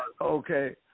Okay